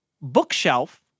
bookshelf